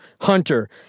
Hunter